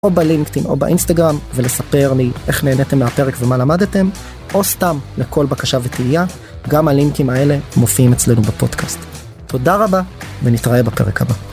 או ב- LinkedIn, או באינסטגרם, ולספר לי איך נהניתם מהפרק ומה למדתם, או סתם לכל בקשה ותהייה, גם הלינקים האלה מופיעים אצלנו בפודקאסט. תודה רבה, ונתראה בפרק הבא.